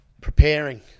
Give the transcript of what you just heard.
Preparing